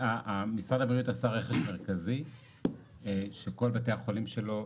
משרד הבריאות עשה רכש מרכזי שכל בתי החולים שלו.